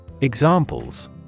Examples